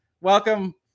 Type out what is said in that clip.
Welcome